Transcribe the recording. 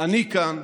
אני כאן,